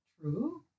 true